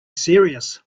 serious